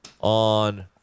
on